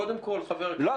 -- -אני